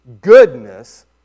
goodness